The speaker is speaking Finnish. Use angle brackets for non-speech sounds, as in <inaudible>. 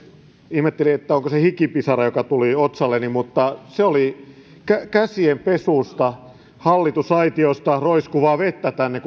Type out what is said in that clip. ihmettelin että onko se hikipisara joka tuli otsalleni mutta se oli käsienpesusta hallitusaitiosta roiskuvaa vettä tänne <unintelligible>